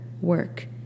work